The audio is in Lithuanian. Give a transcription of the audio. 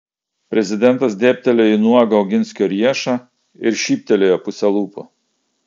prezidentas dėbtelėjo į nuogą oginskio riešą ir šyptelėjo puse lūpų